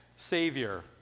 savior